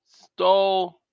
stole